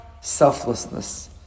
Selflessness